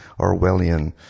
Orwellian